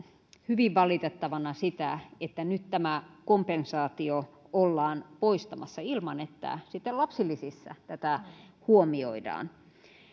hyvin valitettavana sitä että nyt tämä kompensaatio ollaan poistamassa ilman että lapsilisissä tätä huomioidaan